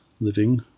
living